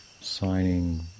signing